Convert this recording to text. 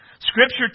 Scripture